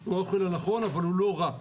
הוא האוכל הנכון אבל הוא לא רע.